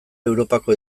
europako